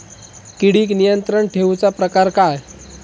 किडिक नियंत्रण ठेवुचा प्रकार काय?